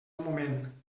moment